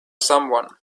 someone